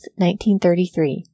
1933